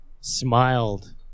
smiled